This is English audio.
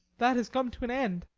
that has come to an end.